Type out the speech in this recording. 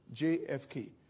JFK